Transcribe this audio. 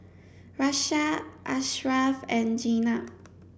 Raisya Ashraf and Jenab